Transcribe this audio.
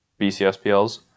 BCSPLs